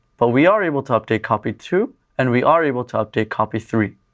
but we are able to update copy two and we are able to update copy three.